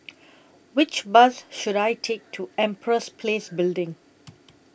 Which Bus should I Take to Empress Place Building